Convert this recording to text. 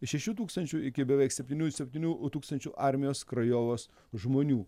šešių tūkstančių iki beveik septynių septynių tūkstančių armijos krajovos žmonių